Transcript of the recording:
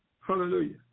Hallelujah